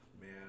man